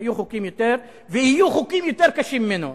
היו חוקים ויהיו חוקים יותר קשים ממנו,